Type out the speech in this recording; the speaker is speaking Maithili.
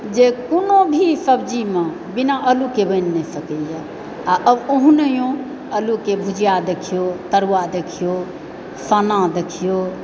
जे कोनो भी सब्जीमे बिना आलूके बनि नहि सकैए आओर ओनाहियो आलूके भुजिया देखियौ तरुआ देखियौ सन्ना देखियौ